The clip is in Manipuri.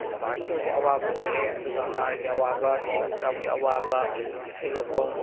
ꯑꯩꯈꯣꯏꯗ ꯑꯗꯨꯛꯀꯤ ꯃꯇꯤꯛ ꯑꯋꯥꯕ ꯑꯣꯏꯔꯦ ꯑꯗꯨꯒ ꯍꯥꯔꯒꯤ ꯑꯋꯥꯕ ꯏꯁꯤꯡ ꯏꯆꯥꯎꯒꯤ ꯑꯋꯥꯕ ꯏꯊꯩ ꯂꯧꯈꯣꯡ